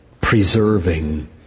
preserving